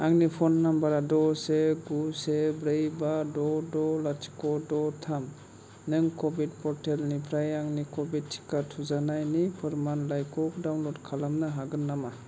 आंनि phone number द' से गु से ब्रै बा द' द' लाथिख द' थाम नों क'विड पर्टेलनिफ्राय आंनि क'विड टिका थुजानायनि फोरमानलाइखौ डाउनलड खालामनो हागोन नामा